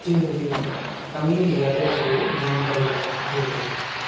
ঠিক আছে ঠিক আছে আমি ইয়াতে আছোঁ বাৰু যিমান সোনকালে পাৰে আহক ঠিক আছে দিয়ক